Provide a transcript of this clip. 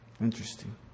Interesting